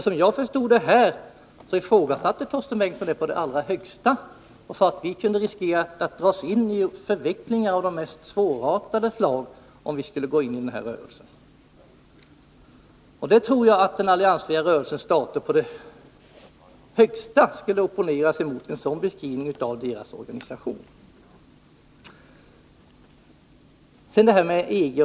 Som jag förstod det ifrågasatte Torsten Bengtson detta och sade att vi kunde riskera att dras in i de mest svårartade förvecklingar om vi skulle gå in som medlem i denna rörelse. Jag tror att den alliansfria rörelsens stater på det högsta skulle opponera sig emot en sådan beskrivning av deras organisation. Sedan detta med EG.